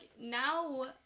now